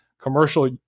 commercial